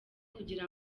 kugira